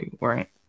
Right